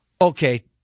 Okay